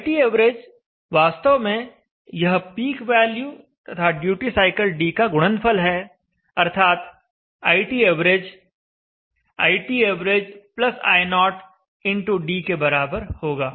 iTav वास्तव में यह पीक वैल्यू तथा ड्यूटी साइकिल d का गुणनफल है अर्थात iTav iTav i0 x d के बराबर होगा